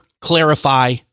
clarify